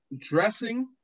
dressing